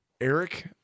eric